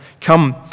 Come